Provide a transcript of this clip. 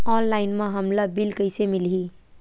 Online म हमला bill कइसे मिलही?